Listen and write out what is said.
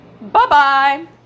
Bye-bye